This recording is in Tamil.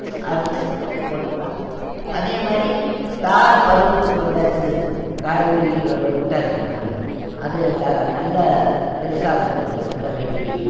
அறுத்து போட்டுக்கலாம் அதேமாதிரி தார் பருவத்துக்கு வந்தாச்சு காய்கறி வ விட்டாச்சின்னா அது தான் நல்லா பெருசாகும்போது அதை வெட்டி